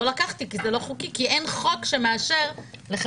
לא לקחתי כי זה לא חוקי כי אין חוק שמאשר לחברה.